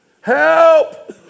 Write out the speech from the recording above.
Help